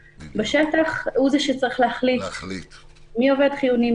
בשטח הוא זה שצריך להחליט מי עובד חיוני,